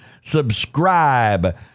Subscribe